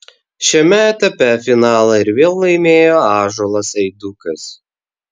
šiame etape finalą ir vėl laimėjo ąžuolas eidukas